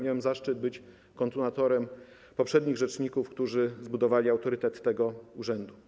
Miałem zaszczyt być kontynuatorem działań poprzednich rzeczników, którzy zbudowali autorytet tego urzędu.